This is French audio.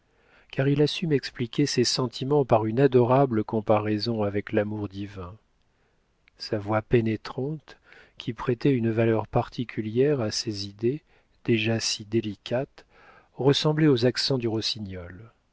car il a su m'expliquer ses sentiments par une adorable comparaison avec l'amour divin sa voix pénétrante qui prêtait une valeur particulière à ses idées déjà si délicates ressemblait aux accents du rossignol